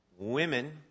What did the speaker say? women